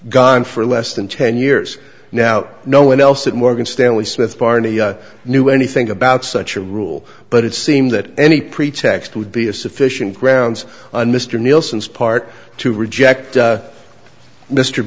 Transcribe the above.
gone for less than ten years now no one else at morgan stanley smith barney knew anything about such a rule but it seemed that any pretext would be a sufficient grounds on mr nielsen's part to reject